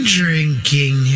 drinking